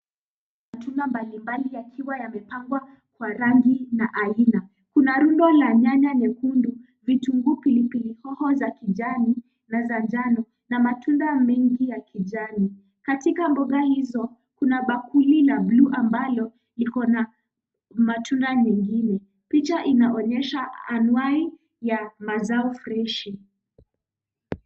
Matunda mbalimbali yakiwa yamepangwa kwa rangi na aina. Kuna rundo la nyanya nyekundu, vitunguu, pilipili hoho za kijani na za njano na matunda mengi ya kijani. Katika mboga hizo, kuna bakuli la bluu ambalo liko na matunda mengine. Picha inaonyesha anwai ya mazao freshi.